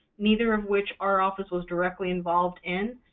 neither of which our office was directly involved in.